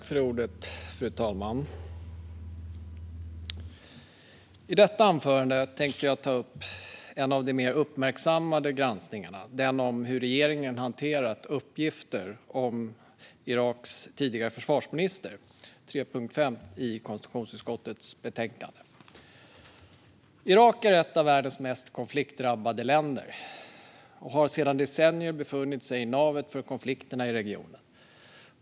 Fru talman! I detta anförande tänkte jag ta upp en av de mer uppmärksammade granskningarna, nämligen hur regeringen har hanterat uppgifter om Iraks tidigare försvarsminister. Detta behandlas i avsnitt 3.5 i konstitutionsutskottets betänkande. Irak är ett av världens mest konfliktdrabbade länder och har sedan decennier befunnit sig i navet för konflikterna i regionen.